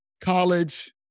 college